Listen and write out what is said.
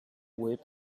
whip